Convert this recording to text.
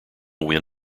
win